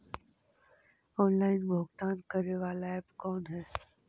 Online भुगतान करे बाला ऐप कौन है?